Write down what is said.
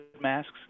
masks